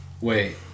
wait